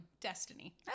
destiny